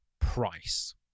price